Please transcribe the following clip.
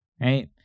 right